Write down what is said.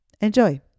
Enjoy